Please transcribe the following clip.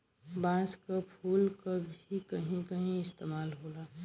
बांस क फुल क भी कहीं कहीं इस्तेमाल होला